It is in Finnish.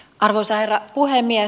arvoisa herra puhemies